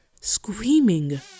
screaming